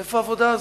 איפה העבודה הזאת?